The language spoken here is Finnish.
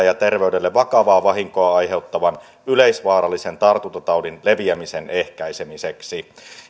ja ter veydelle vakavaa vahinkoa aiheuttavan yleisvaarallisen tartuntataudin leviämisen ehkäisemiseksi